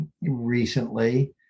recently